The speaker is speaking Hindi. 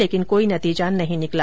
लेकिन कोई नतीजा नहीं निकला